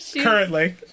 Currently